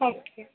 okay